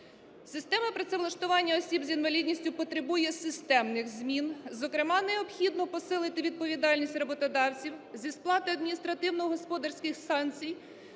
Система працевлаштування осіб з інвалідністю потребує системних змін, зокрема необхідно посилити відповідальність роботодавців зі сплати адміністративно-господарських санкцій